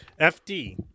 fd